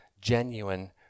genuine